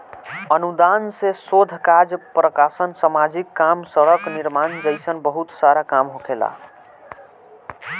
अनुदान से शोध काज प्रकाशन सामाजिक काम सड़क निर्माण जइसन बहुत सारा काम होखेला